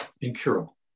incurable